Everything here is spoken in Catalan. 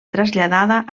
traslladada